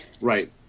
Right